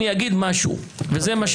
עצם